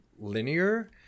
linear